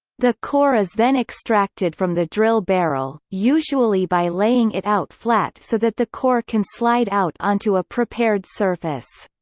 the core is then extracted from the drill barrel, usually by laying it out flat so that the core can slide out onto a prepared surface.